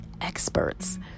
experts